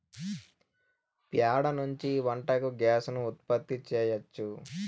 ప్యాడ నుంచి వంటకు గ్యాస్ ను ఉత్పత్తి చేయచ్చు